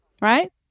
Right